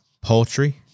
poultry